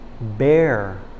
bear